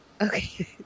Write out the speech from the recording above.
Okay